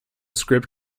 script